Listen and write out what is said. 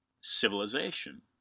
civilization